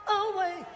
away